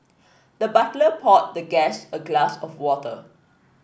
the butler poured the guest a glass of water